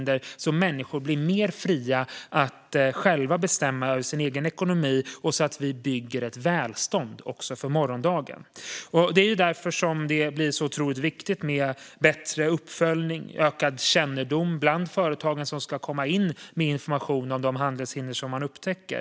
Då blir människor mer fria att själva bestämma över sin egen ekonomi, och så bygger vi välstånd också för morgondagen. Det är därför som det blir så otroligt viktigt med bättre uppföljning och ökad kännedom bland företagen som ska komma in med information om de handelshinder som man upptäcker.